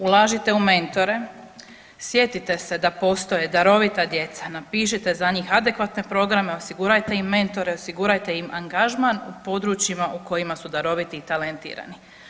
Ulažite u mentore, sjetite se da postoje darovita djeca, napišite za njih adekvatne programe osigurajte im mentore, osigurajte im angažman u područjima u kojima su daroviti i talentirani.